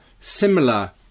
similar